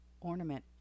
ornament